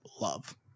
love